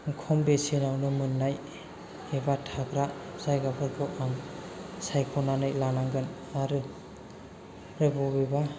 खम बेसेनावनो मोननाय एबा थाग्रा जायगाफोरखौ आं सायख'नानै लानांगोन आरो बबेबा